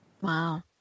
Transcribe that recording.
Wow